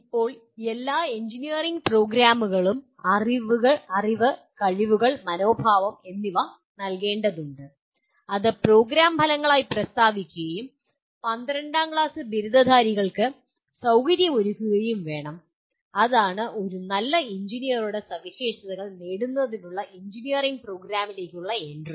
ഇപ്പോൾ എല്ലാ എഞ്ചിനീയറിംഗ് പ്രോഗ്രാമുകളും അറിവ് കഴിവുകൾ മനോഭാവം എന്നിവ നൽകേണ്ടതുണ്ട് അത് പ്രോഗ്രാം ഫലങ്ങളായി പ്രസ്താവിക്കുകയും പന്ത്രണ്ടാം ക്ലാസ് ബിരുദധാരികൾക്ക് സൌകര്യമൊരുക്കുകയും വേണം അതാണ് ഒരു നല്ല എഞ്ചിനീയറുടെ സവിശേഷതകൾ നേടുന്നതിനുള്ള എഞ്ചിനീയറിംഗ് പ്രോഗ്രാമിലേക്കുള്ള എൻട്രി